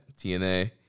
TNA